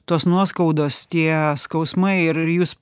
tos nuoskaudos tie skausmai ir ir jūs